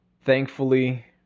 Thankfully